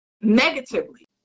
negatively